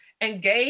engage